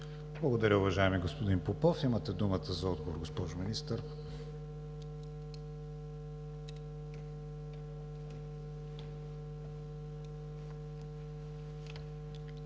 Благодаря, уважаеми господин Топчиев. Имате думата за дуплика, госпожо Министър.